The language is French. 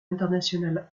international